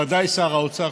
וודאי שר האוצר,